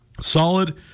Solid